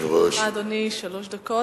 לרשותך, אדוני, שלוש דקות.